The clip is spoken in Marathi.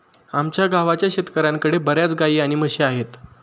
आमच्या गावाच्या शेतकऱ्यांकडे बर्याच गाई आणि म्हशी आहेत